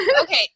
Okay